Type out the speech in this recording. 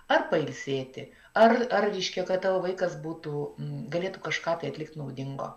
ar pailsėti ar ar reiškia kad tavo vaikas būtų galėtų kažką tai atlikti naudingo